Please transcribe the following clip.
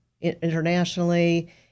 internationally